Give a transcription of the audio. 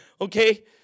okay